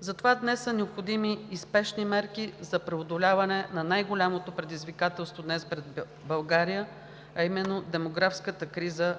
Затова днес са необходими и спешни мерки за преодоляване на най-голямото предизвикателство пред България, именно демографската криза